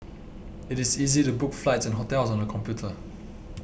it is easy to book flights and hotels on the computer